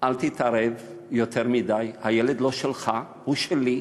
אל תתערב יותר מדי, הילד לא שלך, הוא שלי.